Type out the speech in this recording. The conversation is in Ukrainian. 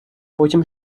потім